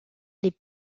les